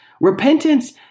Repentance